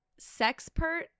sexpert